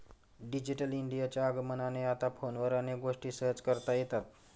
digital इंडियाच्या आगमनाने आता फोनवर अनेक गोष्टी सहज करता येतात